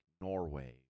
Norway